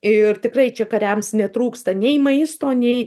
ir tikrai čia kariams netrūksta nei maisto nei